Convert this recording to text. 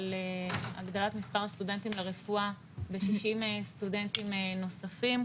על הגדלת מספר הסטודנטים לרפואה ב-60 סטודנטים נוספים.